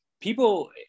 people